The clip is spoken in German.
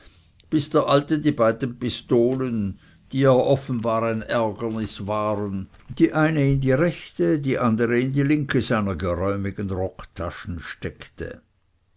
bis der alte die beiden pistolen die ihr offenbar ein ärgernis waren die eine in die rechte die andere in die linke seiner geräumigen rocktaschen steckte